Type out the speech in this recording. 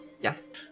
Yes